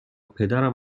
پدرم